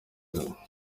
nzira